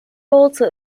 also